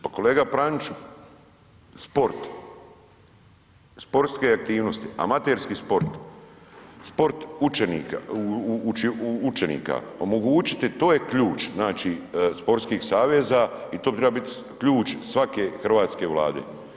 Pa kolega Praniću, sport, sportske aktivnosti, amaterski sport, sport učenika omogućiti to je ključ znači sportskih saveza i to trebao biti ključ svake hrvatske vlade.